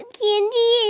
candy